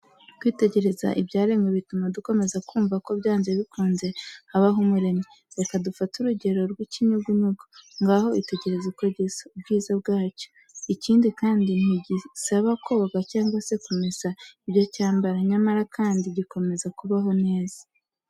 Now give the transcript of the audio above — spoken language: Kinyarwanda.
Kwitegereza ibyaremwe bituma dukomeza kumva ko byanze bikunze habaho umuremyi. Reka dufate urugero rw'ikinyugunyugu, ngaho itegereze uko gisa, ubwiza bwa cyo. Ikindi kandi ntibigisaba koga cyangwa se kumesa ibyo cyambara! Nyamara kandi gikomeza kubaho neza!